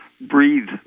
breathe